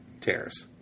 tears